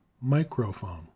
microphone